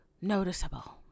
noticeable